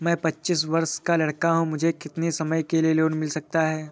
मैं पच्चीस वर्ष का लड़का हूँ मुझे कितनी समय के लिए लोन मिल सकता है?